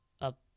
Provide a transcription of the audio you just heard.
up